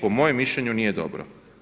Po mojem mišljenju nije dobro.